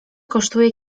kosztuje